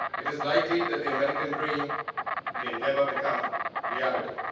it is likely that the american dream may never become reality.